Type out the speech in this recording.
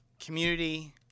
community